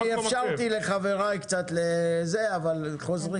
אני אפשרתי קצת לחבריי, אבל חוזרים.